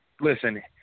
Listen